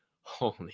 holy